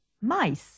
Mice